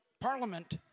parliament